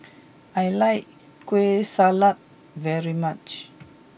I like Kueh Salat very much